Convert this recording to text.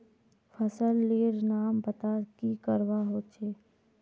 फसल लेर नाम बता की करवा होचे?